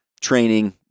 training